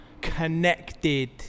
connected